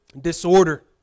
disorder